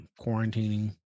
quarantining